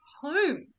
home